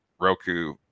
Roku